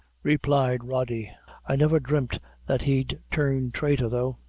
replied kody i never dreamt that he'd turn thraitor though.